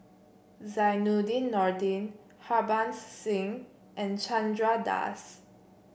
Zainudin Nordin Harbans Singh and Chandra Das